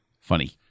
funny